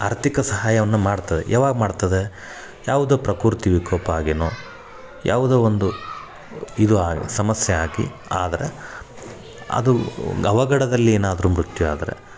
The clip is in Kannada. ಆರ್ಥಿಕ ಸಹಾಯವನ್ನು ಮಾಡ್ತದೆ ಯಾವಾಗ ಮಾಡ್ತದೆ ಯಾವುದೋ ಪ್ರಕೃತಿ ವಿಕೋಪ ಆಗಿಯೋ ಯಾವುದೋ ಒಂದು ಇದು ಸಮಸ್ಯೆ ಆಗಿ ಆದ್ರೆ ಅದು ಅವಘಡದಲ್ಲಿ ಏನಾದರೂ ಮೃತ್ಯು ಆದರೆ